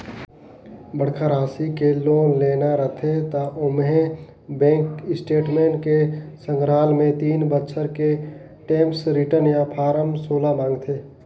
बड़खा रासि के लोन लेना रथे त ओम्हें बेंक स्टेटमेंट के संघराल मे तीन बछर के टेम्स रिर्टन य फारम सोला मांगथे